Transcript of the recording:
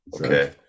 Okay